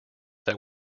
that